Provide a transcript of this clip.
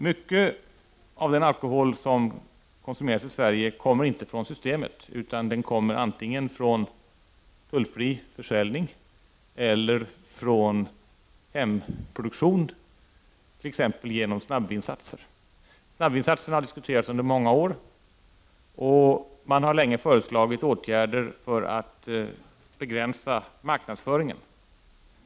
Mycket av den alkohol som konsumeras i Sverige kommer inte från systemet, utan den kommer antingen från tullfri försäljning eller från hemproduktion, t.ex. genom snabbvinsatser. Snabbvinsatserna har diskuterats under många år, och man har länge föreslagit åtgärder för att begränsa marknadsföringen.